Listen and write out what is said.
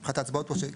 מבחינת ההצבעות פה,